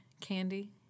candy